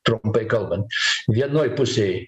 trumpai kalbant vienoj pusėj